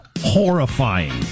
horrifying